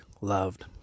loved